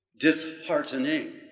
disheartening